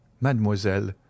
mademoiselle